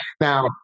Now